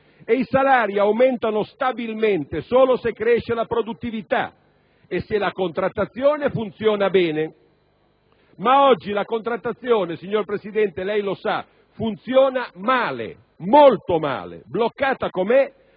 E i salari aumentano stabilmente solo se cresce la produttività e se la contrattazione funziona bene. Oggi, però, la contrattazione - signor Presidente, lei lo sa - funziona male, molto male, bloccata com'è